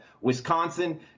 Wisconsin